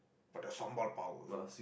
but the sambal power